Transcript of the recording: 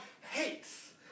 hates